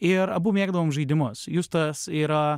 ir abu mėgdavom žaidimus justas yra